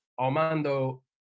Armando